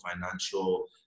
financial